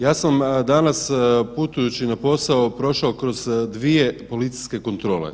Ja sam danas putujući na posao prošao kroz 2 policijske kontrole.